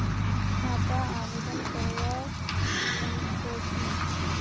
खाता आवेदन करवा संकोची?